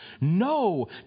No